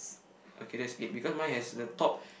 okay that is eight because mine has the top